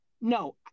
no